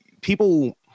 People